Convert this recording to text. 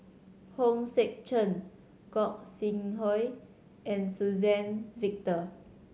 Hong Sek Chern Gog Sing Hooi and Suzann Victor